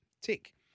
Tick